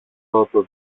πρώτο